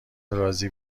رازی